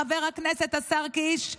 חבר הכנסת השר קיש,